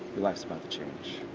your life is about to change